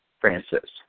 Francis